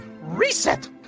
Reset